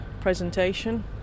presentation